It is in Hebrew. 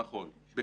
נכון.